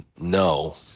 no